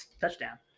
touchdown